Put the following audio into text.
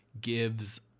gives